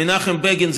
מנחם בגין,